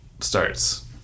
starts